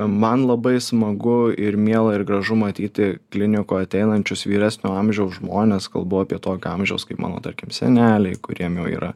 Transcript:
man labai smagu ir miela ir gražu matyti klinikoj ateinančius vyresnio amžiaus žmones kalbu apie tokio amžiaus kaip mano tarkim seneliai kuriem jau yra